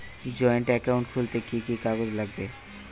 Joint account খুলতে কি কি কাগজ লাগবে?